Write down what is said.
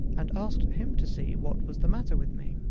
and asked him to see what was the matter with me.